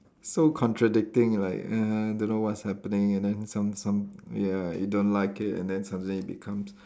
so contradicting like uh don't know what's happening and then some some ya you don't like it and then suddenly it becomes